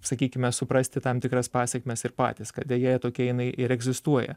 sakykime suprasti tam tikras pasekmes ir patys kad deja tokia jinai ir egzistuoja